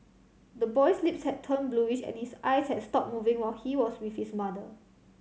the boy's lips had turned bluish and his eyes had stopped moving while he was with his mother